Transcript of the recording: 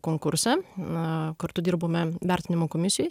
konkurse na kartu dirbome vertinimo komisijoj